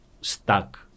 stuck